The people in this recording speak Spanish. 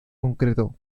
concretó